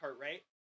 right